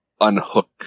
unhook